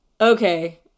okay